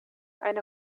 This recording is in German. eine